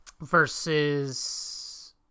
versus